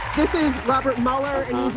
robert mueller and